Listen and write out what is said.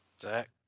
Zach